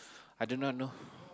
I do not know